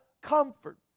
comfort